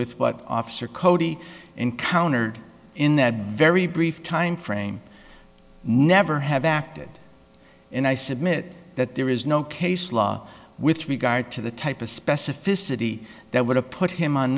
with what officer cody encountered in that very brief time frame never have acted and i submit that there is no case law with regard to the type of specificity that would have put him on